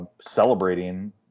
celebrating